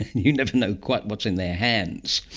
you never know quite what's in their hands.